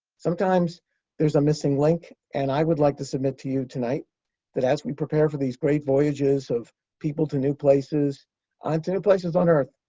sometimes there's a missing link. and i would like to submit to you tonight that as we prepare for these great voyages of people to new places and um to new places on earth,